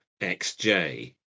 XJ